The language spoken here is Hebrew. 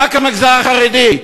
רק המגזר החרדי.